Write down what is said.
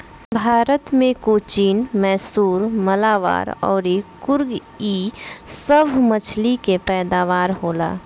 भारत मे कोचीन, मैसूर, मलाबार अउर कुर्ग इ सभ मछली के पैदावार होला